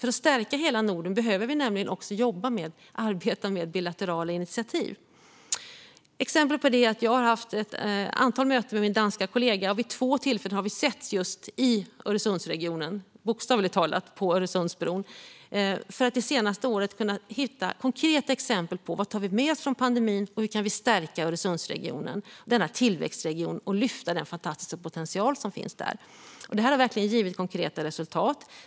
För att stärka hela Norden behöver vi nämligen också arbeta med bilaterala initiativ. Exempel på det är att jag har haft ett antal möten med min danska kollega. Vid två tillfällen har vi setts just i Öresundsregionen, bokstavligt talat på Öresundsbron. Det har vi gjort för att under det senaste året hitta konkreta exempel på vad vi tar med oss från pandemin och på hur vi kan stärka Öresundsregionen. Det handlar om denna tillväxtregion och hur vi ska lyfta den fantastiska potential som finns där. Det har verkligen givit konkreta resultat.